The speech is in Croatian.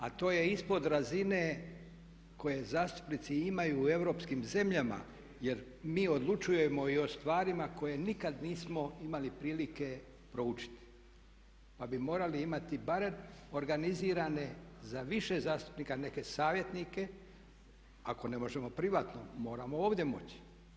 A to je ispod razine koje zastupnici imaju u europskim zemljama jer mi odlučujemo i o stvarima koje nikad nismo imali prilike proučiti pa bi morali imati barem organizirane za više zastupnika neke savjetnike ako ne možemo privatno moramo ovdje moći.